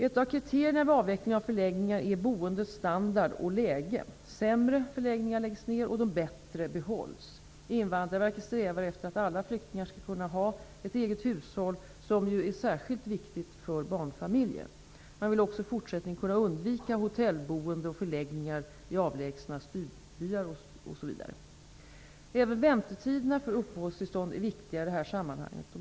Ett av kriterierna vid avvecklingen av förläggningar är boendets standard och läge. Sämre förläggningar läggs ned, de bättre behålls. Invandrarverket strävar efter att alla flyktingar skall kunna ha eget hushåll, som ju är särskilt viktigt för barnfamiljer. Man vill också i fortsättningen kunna undvika hotellboende och förläggningar i avlägsna stugbyar osv. Även väntetiderna för uppehållstillstånd är viktiga i detta sammanhang.